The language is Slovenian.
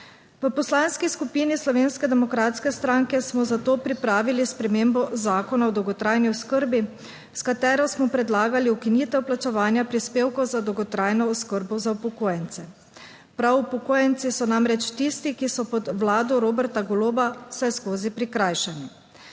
V Poslanski skupini Slovenske demokratske stranke smo za to pripravili spremembo Zakona o dolgotrajni oskrbi, s katero smo predlagali ukinitev plačevanja prispevkov za dolgotrajno oskrbo za upokojence. Prav upokojenci so namreč tisti, ki so pod vlado Roberta Goloba vseskozi prikrajšani.